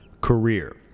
career